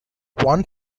one